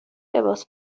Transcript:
لباس